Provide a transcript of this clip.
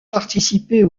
participer